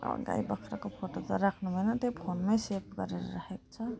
अन्त यो बाख्राको फोटो त राख्नु भएन त्यही फोनमा सेभ गरेर राखेको छ